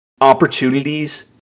opportunities